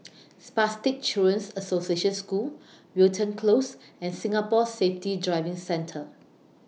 Spastic Children's Association School Wilton Close and Singapore Safety Driving Centre